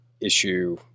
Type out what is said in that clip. issue